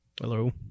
Hello